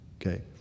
okay